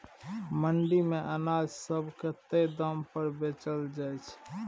मंडी मे अनाज सब के तय दाम पर बेचल जाइ छै